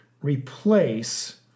replace